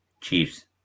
Chiefs